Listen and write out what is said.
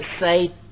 say